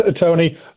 Tony